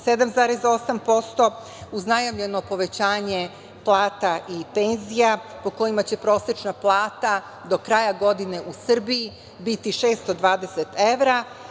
7,8%, uza najavljeno povećanje plata i penzija, po kojima će prosečna plata do kraja godine u Srbiji biti 620 evra,